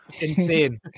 insane